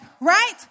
right